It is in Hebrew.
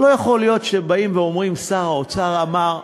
לא יכול להיות שבאים ואומרים: שר האוצר אמר,